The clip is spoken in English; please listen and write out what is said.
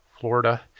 Florida